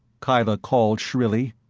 kyla called shrilly,